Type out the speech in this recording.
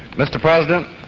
mr president,